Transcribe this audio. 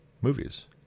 movies